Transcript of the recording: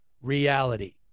reality